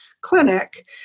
clinic